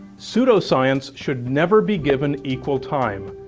pseudoscience should never be given equal time,